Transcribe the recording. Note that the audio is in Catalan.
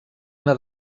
una